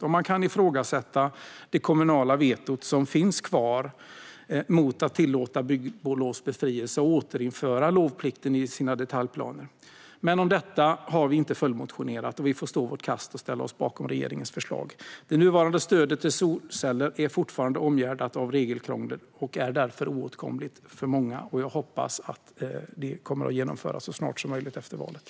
Man kan även ifrågasätta det kommunala veto som finns kvar mot att tillåta bygglovsbefrielse och återinföra lovplikt i detaljplan. Om detta har vi dock inte följdmotionerat, så vi får stå vårt kast och ställa oss bakom regeringens förslag. Det nuvarande stödet till solceller är fortfarande omgärdat av regelkrångel och är därför oåtkomligt för många. Jag hoppas därför att det kommer att åtgärdas så snart som möjligt efter valet.